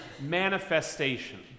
manifestation